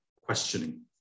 questioning